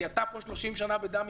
כי אתה פה 30 שנה בדם,